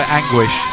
anguish